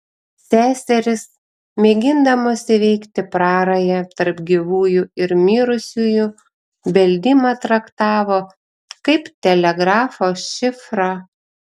seserys mėgindamos įveikti prarają tarp gyvųjų ir mirusiųjų beldimą traktavo kaip telegrafo šifrą